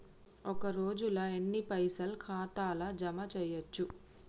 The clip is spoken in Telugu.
ఒక రోజుల ఎన్ని పైసల్ ఖాతా ల జమ చేయచ్చు?